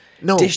No